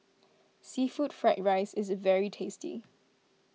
Seafood Fried Rice is very tasty